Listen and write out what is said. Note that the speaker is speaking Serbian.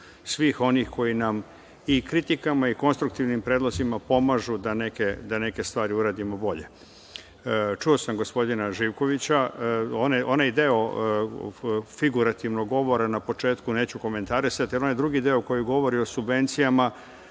svih onih koji nam i kritikama i konstruktivnim predlozima pomažu da neke stvari uradimo bolje. Čuo sam gospodina Živkovića, onaj deo figurativnog govora na početku neću komentarisati, ali onaj drugi deo koji govori o subvencijama